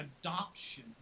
adoption